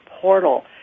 portal